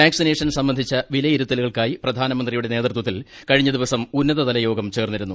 waxy nation സംബന്ധിച്ച വിലയിരുത്തലുകൾക്കായി പ്രധാനമന്ത്രിയുടെ നേതൃത്വത്തിൽ കഴിഞ്ഞ ദിവസം ഉന്നതതല യോഗം ചേർന്നിരുന്നു